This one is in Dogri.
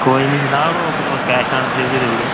कोई निं जनाब ओह् तुस कैश आन डिलीवरी देई ओड़ेओ